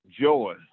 joy